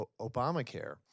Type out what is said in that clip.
Obamacare